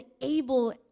able